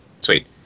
Sweet